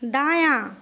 दायाँ